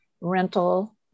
rental